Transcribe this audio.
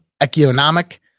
economic